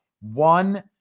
one